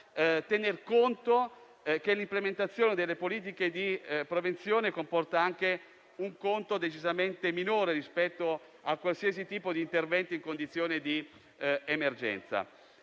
tener conto che l'implementazione delle politiche di prevenzione comporta anche una spesa decisamente minore rispetto a qualsiasi tipo di intervento in condizioni di emergenza.